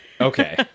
Okay